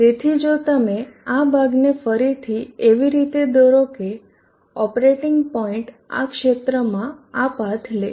તેથી જો તમે આ ભાગને ફરીથી એવી રીતે દોરો કે ઓપરેટિંગ પોઈન્ટ આ ક્ષેત્રમાં આ પાથ લે